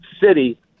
city